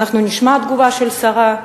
אנחנו נשמע תגובה של השרה.